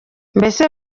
mbese